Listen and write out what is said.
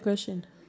ya